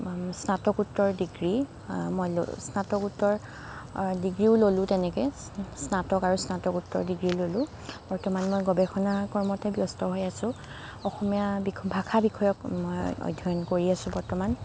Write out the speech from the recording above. স্নাতোকোত্তৰ degree মই স্নাতকোত্তৰ ডিগ্ৰীও ল'লোঁ তেনেকৈ স্নাতক আৰু স্নাতকোত্তৰ ডিগ্ৰী ল'লোঁ বৰ্তমান মই গৱেষণা কৰ্মতে ব্যস্ত হৈ আছোঁ অসমীয়া ভাষা বিষয়ক মই অধ্যয়ন কৰি আছোঁ বৰ্তমান